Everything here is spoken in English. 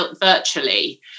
virtually